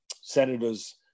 senators